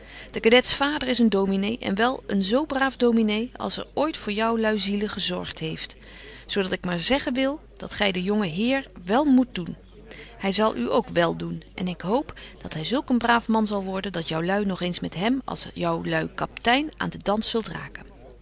de kadets vader is een dominé en wel een zo braaf dominé als er ooit voor jou lui zielen gezorgt heeft zo dat ik maar zeggen wil dat gy den jongen heer wel moet doen hy zal u ook wel doen en ik hoop dat hy zulk een braaf man zal worden dat jou lui nog eens met hem als jou lui kaptein aan den dans zult raken